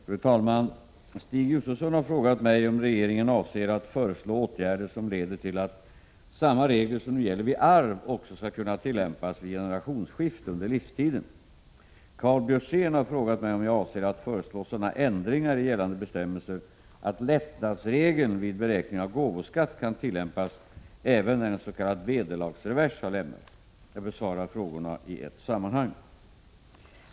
Fru talman! Stig Josefson har frågat mig om regeringen avser att föreslå åtgärder som leder till att samma regler som nu gäller vid arv också skall kunna tillämpas vid generationsskifte under livstiden. Karl Björzén har frågat mig om jag avser att föreslå sådana ändringar i gällande bestämmelser, att lättnadsregeln vid beräkning av gåvoskatt kan tillämpas även när en s.k. vederlagsrevers har lämnats. Jag bevarar frågorna i ett sammanhang.